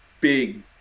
big